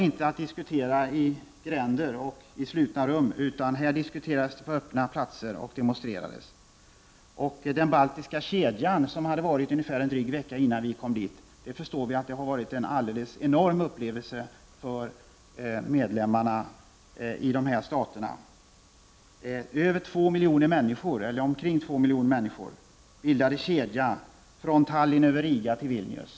Man diskuterade inte i gränder och slutna rum, utan man diskuterade och demonstrerade på öppna platser. Den baltiska kedjan, som hade pågått en dryg vecka när vi kom dit, förstår vi har varit en enorm upplevelse för medborgarna i dessa stater. Omkring två miljoner människor bildade en kedja från Tallinn över Riga till Vilnius.